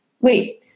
Wait